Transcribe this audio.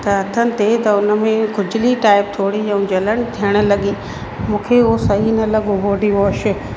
त हथनि ते त उन में खुजली टाइप थोरी ऐं जलन थियणु लॻी मूंखे उहो सही न लॻो बॉडीवॉश